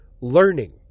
learning